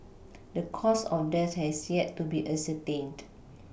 the cause of death has yet to be ascertained